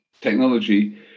technology